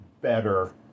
better